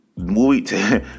movie